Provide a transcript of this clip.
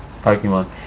Pokemon